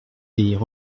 obéir